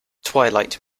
twilight